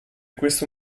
questo